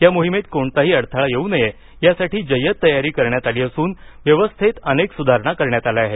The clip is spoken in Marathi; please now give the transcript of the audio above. या मोहिमेत कोणताही अडथळा येऊ नये यासाठी जय्यत तयारी करण्यात आली असून व्यवस्थेत अनेक सुधारणा करण्यात आल्या आहेत